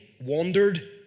wandered